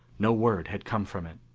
no word had come from it.